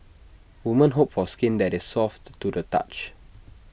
women hope for skin that is soft to the touch